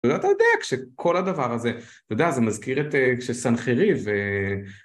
אתה יודע כשכל הדבר הזה, אתה יודע זה מזכיר את כשסנחריב א...